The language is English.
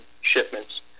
shipments